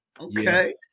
okay